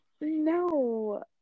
No